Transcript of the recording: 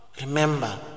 remember